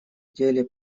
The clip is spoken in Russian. деле